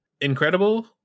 incredible